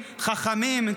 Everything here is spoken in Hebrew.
חכמים,